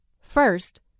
First